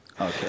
Okay